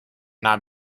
not